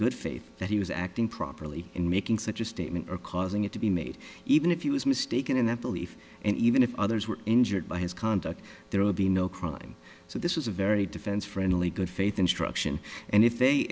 good faith that he was acting properly in making such a statement or causing it to be made even if you was mistaken in that belief and even if others were injured by his conduct their o b no crime so this was a very defense friendly good faith instruction and if they